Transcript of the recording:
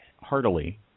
heartily